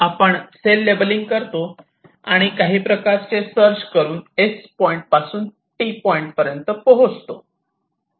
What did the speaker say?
आपण cell labelling करतो आणि काही प्रकारचे सर्च करून S पॉईंट पासून T पॉइंट पर्यंत पोहोचतो